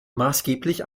maßgeblich